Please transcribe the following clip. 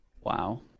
Wow